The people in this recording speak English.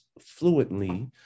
fluently